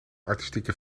artistieke